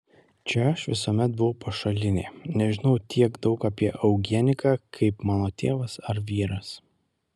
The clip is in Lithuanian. čia aš visuomet buvau pašalinė nežinau tiek daug apie eugeniką kaip mano tėvas ar vyras